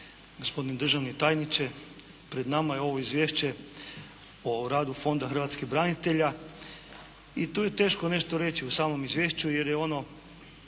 gospodine državni tajniče pred nama je ovo Izvješće o radu Fonda hrvatskih branitelja i tu je teško nešto reći o samom izvješću jer je ono